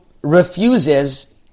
refuses